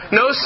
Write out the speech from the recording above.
no